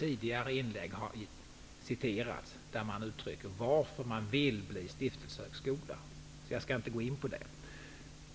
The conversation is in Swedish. Skälen till att man vill bli stiftelsehögskola har citerats i tidigare inlägg, så jag skall inte gå in på det.